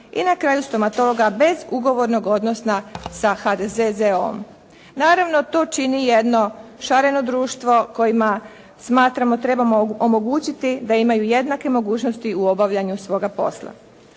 i na kraju stomatologa bez ugovornog odnosa sa HDZZO-om. Naravno to čini jedno šareno društvo kojima smatramo trebamo omogućiti da imaju jednake mogućnosti u obavljanju svoga posla.